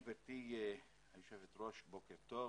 גברתי היושבת-ראש בוקר טוב,